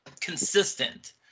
consistent